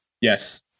Yes